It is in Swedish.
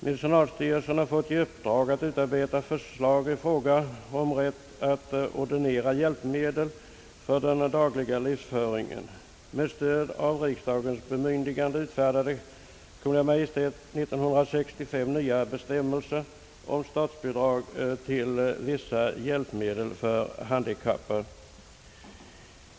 Medicinalstyrelsen har sedan fått i uppdrag att utarbeta förslag i fråga om rätten att ordinera hjälpmedel för den dagliga livsföringen. Med stöd av riksdagens bemyndigande utfärdade Kungl. Maj:t 1965 nya bestämmelser om statsbidrag till vissa hjälpmedel för handikappade.